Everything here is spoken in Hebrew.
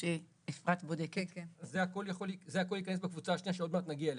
זה הכל ייכנס בקבוצה השנייה שעוד מעט נגיע אליה.